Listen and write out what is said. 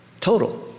total